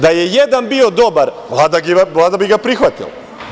Da je jedan bio dobar, Vlada bi ga prihvatila.